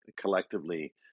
collectively